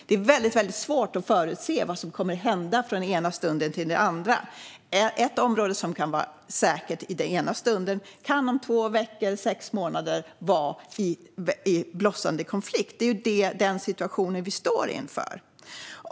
Det är väldigt svårt att förutse vad som kommer att hända från den ena stunden till den andra. Ett område som är säkert ena stunden kan två veckor eller sex månader senare vara i blossande konflikt. Det är den situationen vi står inför.